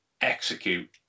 execute